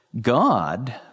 god